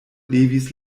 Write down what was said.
levis